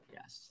Yes